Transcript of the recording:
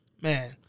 Man